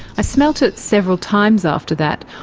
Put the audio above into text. i smelt it several times after that,